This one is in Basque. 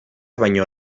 baino